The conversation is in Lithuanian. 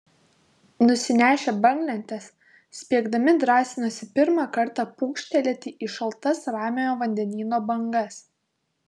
nusinešę banglentes spiegdami drąsinosi pirmą kartą pūkštelėti į šaltas ramiojo vandenyno bangas